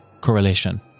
correlation